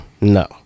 no